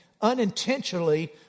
unintentionally